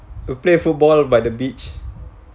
we play football by the beach